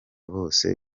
bose